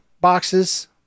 boxes